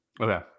Okay